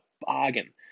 bargain